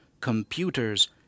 computers